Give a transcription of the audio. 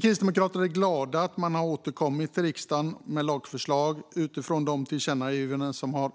Kristdemokraterna är glada att regeringen har återkommit till riksdagen med lagförslag efter tillkännagivandena från